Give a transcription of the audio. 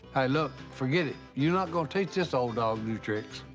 hey, look, forget it. you're not gonna teach this old dog new tricks.